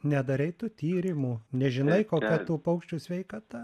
nedarei tu tyrimų nežinai kokia tų paukščių sveikata